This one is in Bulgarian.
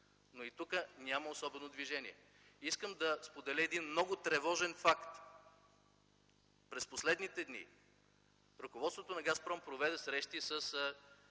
но и тук няма особено движение. Искам да споделя един много тревожен факт. През последните дни ръководството на „Газпром” проведе срещи с